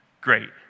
great